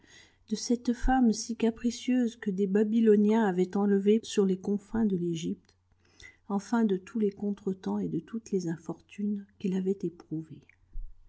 de cette femme si capricieuse que des babyloniens avaient enlevée sur les confins de l'egypte enfin de tous les contre-temps et de toutes les infortunes qu'il avait éprouvées